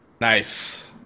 nice